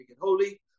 holy